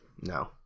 No